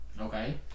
Okay